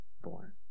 born